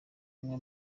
bamwe